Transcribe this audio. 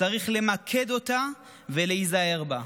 צריך למקד אותה ולהיזהר בה.